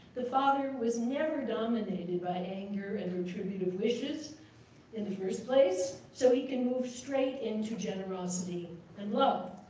the father was never dominated by anger and retributive wishes in the first place, so he can move straight into generosity and love.